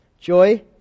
Joy